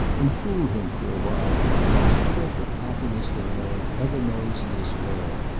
and fooled him for a while into the most perfect happiness that a man ever knows in this world.